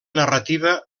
narrativa